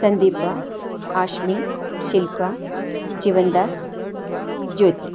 Sandeep Ashmi Shilpa Jeevan Das Jyothi